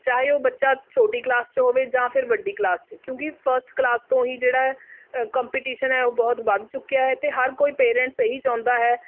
ਚਾਹੇ ਉਹ ਬੱਚਾ ਛੋਟੀ ਕਲਾਸ 'ਚ ਹੋਵੇ ਜਾਂ ਫਿਰ ਵੱਡੀ ਕਲਾਸ 'ਚ ਕਿਉਂਕਿ ਫਸਟ ਕਲਾਸ ਤੋਂ ਹੀ ਜਿਹੜਾ ਕੰਪੀਟੀਸ਼ਨ ਹੈ ਉਹ ਬਹੁਤ ਵੱਧ ਚੁੱਕਿਆ ਹੈ ਅਤੇ ਹਰ ਕੋਈ ਪੇਰੈਂਟਸ ਇਹੀ ਚਾਹੁੰਦਾ ਹੈ